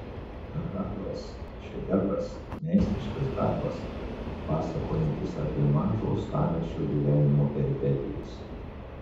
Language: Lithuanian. havras šedevras meistriškas darbas pasakojantis apie mažo uostamiesčio gyvenimo peripetijas